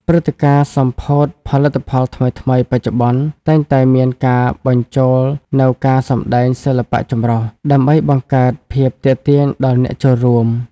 ព្រឹត្តិការណ៍សម្ពោធផលិតផលថ្មីៗបច្ចុប្បន្ន តែងតែមានការបញ្ចូលនូវការសម្តែងសិល្បៈចម្រុះ ដើម្បីបង្កើតភាពទាក់ទាញដល់អ្នកចូលរួម។